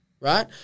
Right